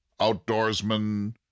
outdoorsman